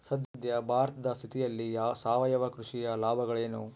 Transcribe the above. ಸದ್ಯ ಭಾರತದ ಸ್ಥಿತಿಯಲ್ಲಿ ಸಾವಯವ ಕೃಷಿಯ ಲಾಭಗಳೇನು?